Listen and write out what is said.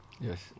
Yes